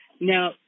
Now